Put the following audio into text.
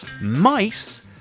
mice